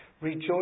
Rejoice